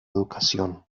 educación